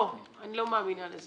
לא, אני לא מאמינה בזה.